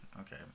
Okay